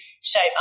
shape